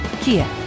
Kia